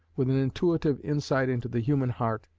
with an intuitive insight into the human heart,